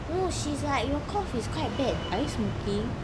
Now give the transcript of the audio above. no she's like your cough is quite bad are you smoking